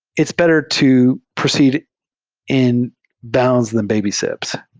it's better to proceed in bounds than baby steps.